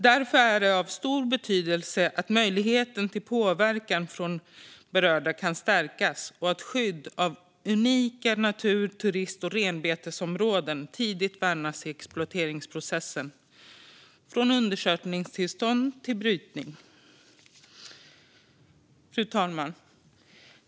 Därför är det av stor betydelse att möjligheten för berörda att påverka och att unika natur-, turist och renbetesområden tidigt värnas i exploateringsprocessen, från undersökningstillstånd till brytning. Fru talman!